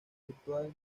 virtual